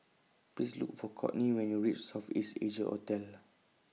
Please Look For Courtney when YOU REACH South East Asia Hotel